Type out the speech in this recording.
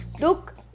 look